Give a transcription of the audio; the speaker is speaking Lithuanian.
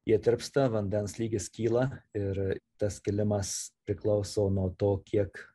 jie tirpsta vandens lygis kyla ir tas kilimas priklauso nuo to kiek